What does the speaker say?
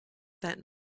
that